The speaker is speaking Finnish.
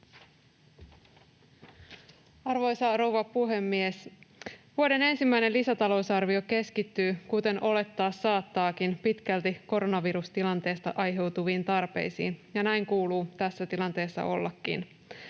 Arvoisa rouva puhemies! Vuoden ensimmäinen lisätalousarvio keskittyy, kuten olettaa saattaakin, pitkälti koronavirustilanteesta aiheutuviin tarpeisiin, ja näin kuuluu tässä tilanteessa ollakin.